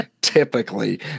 typically